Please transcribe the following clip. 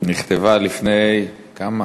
נכתבה לפני, כמה?